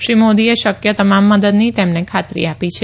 શ્રી મોદીએ શકય તમામ મદદની તેમને ખાતરી આપી છે